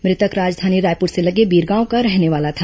मृतक राजधानी रायपुर से लगे बिरगांव का रहने वाला था